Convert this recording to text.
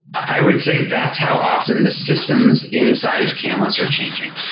i would say that's how often the systems inside of canlis are changing.